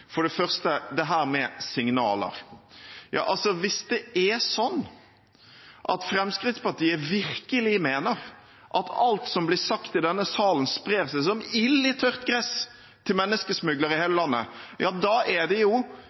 For det første dette med signaler: Hvis det er sånn at Fremskrittspartiet virkelig mener at alt som blir sagt i denne salen, sprer seg som ild i tørt gress til menneskesmuglere i hele landet, er det Fremskrittspartiets representanter som står her og sier at Norge blir Europas frihavn, at det